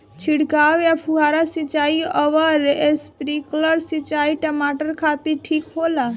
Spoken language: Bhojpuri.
छिड़काव या फुहारा सिंचाई आउर स्प्रिंकलर सिंचाई टमाटर खातिर ठीक होला?